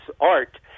art